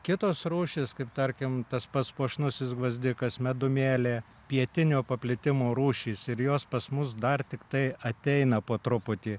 kitos rūšys kaip tarkim tas pats puošnusis gvazdikas medumėlė pietinio paplitimo rūšys ir jos pas mus dar tiktai ateina po truputį